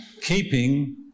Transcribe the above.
keeping